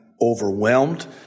overwhelmed